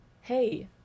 hey